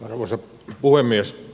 arvoisa puhemies